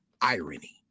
irony